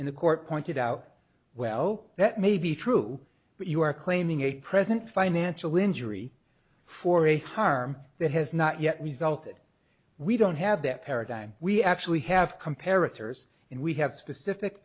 in the court pointed out well that may be true but you are claiming a present financial injury for a harm that has not yet resulted we don't have that paradigm we actually have comparatives and we have specific